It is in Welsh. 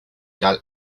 gael